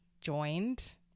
joined